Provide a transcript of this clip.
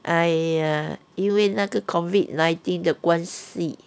!aiya! 因为那个 COVID nineteen 的关系